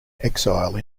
exile